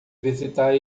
visitar